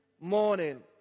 morning